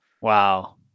Wow